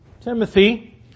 Timothy